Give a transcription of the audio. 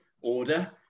order